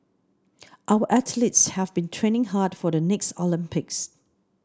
our athletes have been training hard for the next Olympics